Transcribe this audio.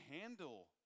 handle